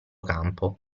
campo